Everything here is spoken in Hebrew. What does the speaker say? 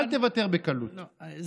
אל תוותר בקלות.